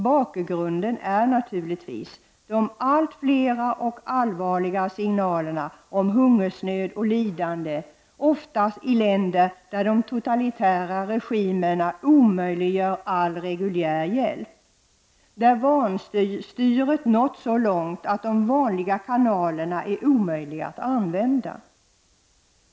Bakgrunden är naturligtvis de allt flera och allvarliga signalerna om hungersnöd och lidande, ofta i de länder där de totalitära regimerna omöjliggör all reguljär hjälp och där vanstyret nått så långt att de vanliga kanalerna är omöjliga att använda.